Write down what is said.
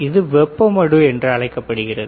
இது வெப்ப மடு என்று அழைக்கப்படுகிறது